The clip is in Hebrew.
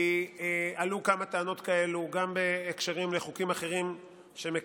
כי עלו כמה טענות כאלה גם בהקשרים של חוקים אחרים שמקדמים.